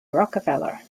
rockefeller